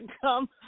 come